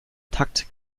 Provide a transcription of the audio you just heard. takt